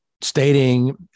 stating